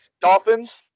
Dolphins